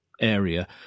area